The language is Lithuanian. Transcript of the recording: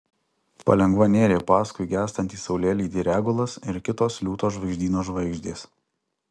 palengva nėrė paskui gęstantį saulėlydį regulas ir kitos liūto žvaigždyno žvaigždės